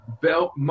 belt